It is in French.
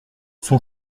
son